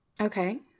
Okay